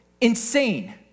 insane